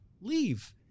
leave